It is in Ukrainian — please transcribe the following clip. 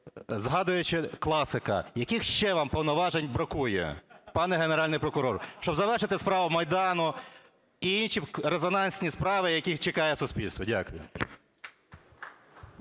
Згадуючи класика, яких ще вам повноважень бракує, пане Генеральний прокурор, щоб завершити справи Майдану і інші резонансні справи, яких чекає суспільство? Дякую.